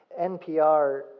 NPR